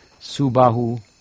Subahu